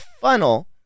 funnel